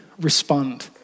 respond